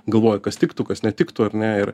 galvoju kas tiktų kas netiktų ar ne ir